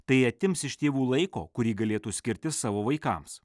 tai atims iš tėvų laiko kurį galėtų skirti savo vaikams